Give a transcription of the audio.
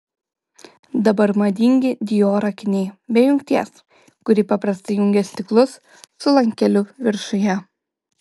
dabar madingi dior akiniai be jungties kuri paprastai jungia stiklus su lankeliu viršuje